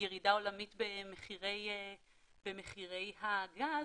וירידה עולמית במחירי הגז,